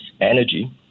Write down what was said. energy